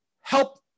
help